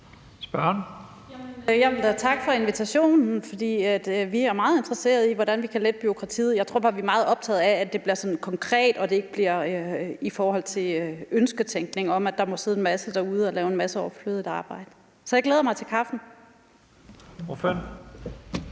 takke for invitationen, for vi er meget interesserede i at se på, hvordan vi kan lette bureaukratiet. Jeg tror bare, at vi er meget optagede af, at det bliver sådan konkret og ikke bliver i forhold til en ønsketænkning om, at der må sidde en masse derude og lave en masse overflødigt arbejde. Så jeg glæder mig til kaffen.